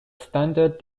standard